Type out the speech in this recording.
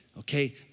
Okay